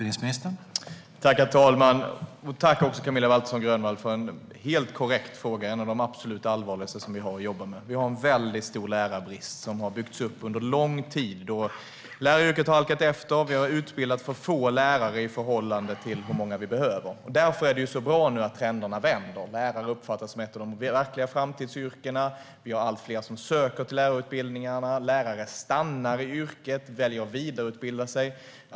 Herr talman! Jag tackar Camilla Waltersson Grönvall för frågan som tar upp något av det absolut allvarligaste vi har att jobba med. Vi har en stor lärarbrist som har byggts upp under lång tid. Läraryrket har halkat efter, och vi har utbildat för få lärare i förhållande till hur många vi behöver. Därför är det bra att trenden nu vänder. Läraryrket uppfattas som ett av de verkliga framtidsyrkena, allt fler söker till lärarutbildningarna och lärare stannar i yrket och väljer att vidareutbilda sig.